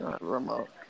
Remote